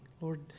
Lord